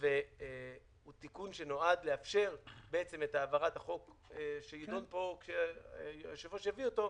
והוא תיקון שנועד לאפשר את העברת החוק שיידון פה כשהיושב-ראש יביא אותו,